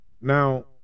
now